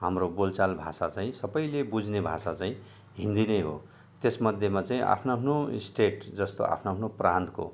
हाम्रो बोलचाल भाषा चाहिँ सबले बुझ्ने भाषा चाहिँ हिन्दी नै हो त्यस मध्येमा चाहिँ आफ्नो आफ्नो स्टेट जस्तो आफ्नो आफ्नो प्रान्तको